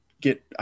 get